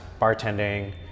bartending